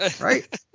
Right